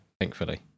thankfully